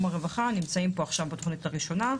נמצאים פה עכשיו בתוכנית הראשונה.